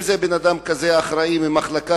אם זה אחראי מחלקה,